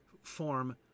form